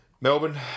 Melbourne